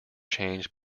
changed